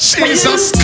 Jesus